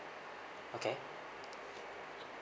okay